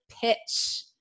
pitch